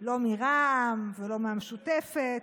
לא מרע"מ ולא מהמשותפת,